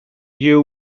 you